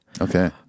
Okay